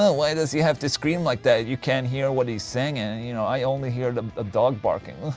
ah why does he have to scream like that? you can't hear what he's singing, you know, i only hear a dog barking